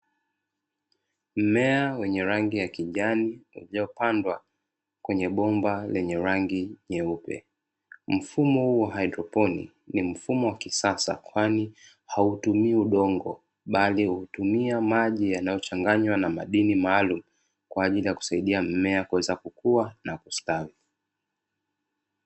Mmea wenye rangi ya kijani, uliopandwa kwenye bomba renye rangi nyeupe, mfumo wa haydroponiki ni mfumo wa kisasa kwani hautumii udongo, bali hutumia maji yanayochanganywa na madini maalumu, kwaajili kusaidia mmea kuweza kukua na kustawi.